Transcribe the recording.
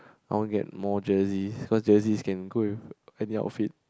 I want to get more jerseys because jersey can go with any outfit